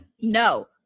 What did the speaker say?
no